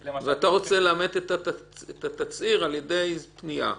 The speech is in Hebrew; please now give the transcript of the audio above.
אתה רוצה לאמת את התצהיר על ידי פנייה.